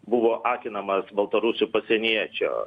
buvo akinamas baltarusių pasieniečio